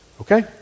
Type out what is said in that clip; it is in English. Okay